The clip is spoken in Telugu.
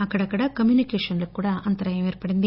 అక్కడక్కడ కమ్యూనికేషన్లకు అంతరాయం ఏర్పడింది